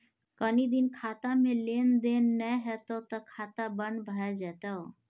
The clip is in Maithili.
कनी दिन खातामे लेन देन नै हेतौ त खाता बन्न भए जेतौ